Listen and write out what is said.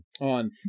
on